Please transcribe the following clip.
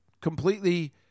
completely